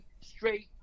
straight